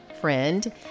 Friend